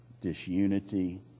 disunity